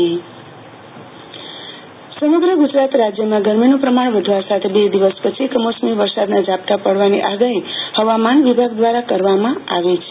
આરતી ભટ હવામાન ગરમી પ્રમાણ સમગ્ર ગુજરાત રાજયમાં ગરમીનું પ્રમાણ વધવા સાથે બ દિવસ પછી કમોસમી વરસાદના ઝાપટા પડવાની આગાહી હવામાન વિભાગ દવારા કરવામાં આવી છે